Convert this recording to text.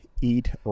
eat